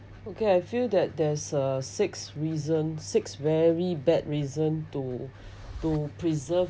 okay I feel that there's a six reason six very bad reason to to preserve